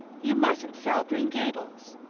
you mustn't sell green gables,